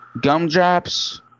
Gumdrops